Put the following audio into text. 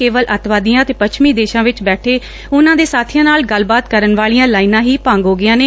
ਕੇਵਲ ਅੱਤਵਾਦੀਆਂ ਅਤੇ ਪੱਛਮੀ ਦੇਸਾਂ ਵਿਚ ਬੈਠੇ ਉੱਨੂਾਂ ਦੇ ਸਾਬੀਆਂ ਨਾਲ ਗੱਲਬਾਤ ਕਰਨ ਵਾਲੀਆਂ ਲਾਈਨਾਂ ਹੀ ਭੰਗ ਹੋ ਗਈਆਂ ਨੇ